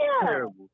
terrible